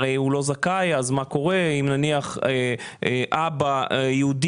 הרי הוא לא זכאי אז מה קורה אם נניח אבא יהודי,